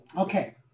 Okay